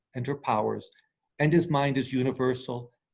and her powers and his mind is universal,